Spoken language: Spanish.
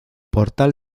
portal